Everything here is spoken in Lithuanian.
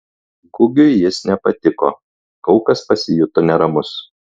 gugiui jis nepatiko kaukas pasijuto neramus